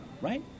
right